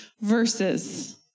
verses